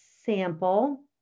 sample